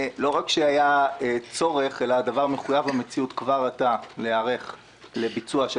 לא רק שהיה צורך אלא הדבר מחויב המציאות כבר עתה להיערך לביצוע של